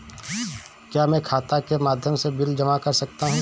क्या मैं खाता के माध्यम से बिल जमा कर सकता हूँ?